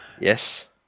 Yes